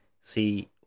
see